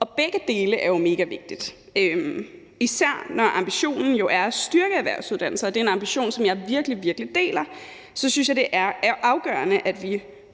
og begge dele er jo megavigtigt. Især når ambitionen jo er at styrke erhvervsuddannelser, og det er en ambition, som jeg virkelig, virkelig deler, så synes jeg, det er afgørende, at vi